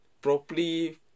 properly